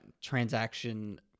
Transaction